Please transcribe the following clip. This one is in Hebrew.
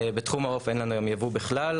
בתחום העוף אין לנו היום ייבוא בכלל,